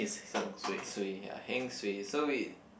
so suay ah heng suay so wait